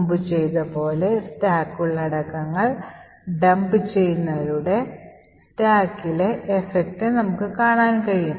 മുമ്പ് ചെയ്തതു പോലെ സ്റ്റാക്ക് ഉള്ളടക്കങ്ങൾ Dump ചെയ്യുന്നതിലൂടെ സ്റ്റാക്കിലെ effect നമുക്ക് കാണാൻ കഴിയും